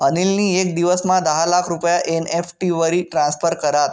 अनिल नी येक दिवसमा दहा लाख रुपया एन.ई.एफ.टी वरी ट्रान्स्फर करात